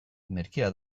merkea